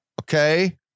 Okay